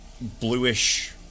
bluish